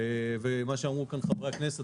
מה שאמרו פה חברי הכנסת.